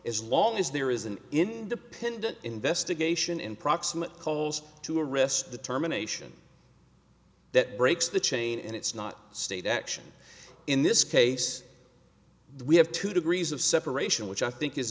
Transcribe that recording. is long as there is an independent investigation in proximate cause to arrest the terminations that breaks the chain and it's not state action in this case we have two degrees of separation which i think is